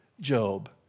Job